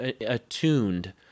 attuned